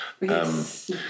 Yes